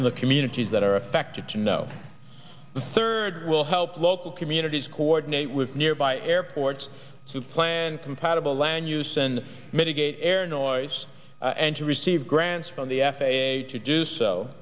in the communities that are affected to know the third will help local communities coordinate with nearby airports to plan compatible land use and mitigate air noise and to receive grants from the f a a to do